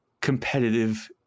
competitive